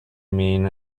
mean